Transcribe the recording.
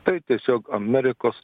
tai tiesiog amerikos